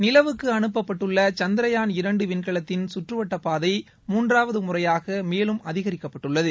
நிலவுக்கு அனுப்பப்பட்டுள்ள சந்திரயான் இரண்டு விண்கலத்தின் சுற்று வட்டப்பாதை மூன்றாவது முறையாக மேலும் அதிகரிப்பட்டுள்ளது